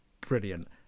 brilliant